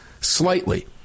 slightly